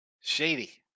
Shady